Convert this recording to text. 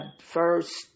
first